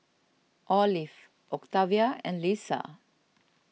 Olive Octavia and Leesa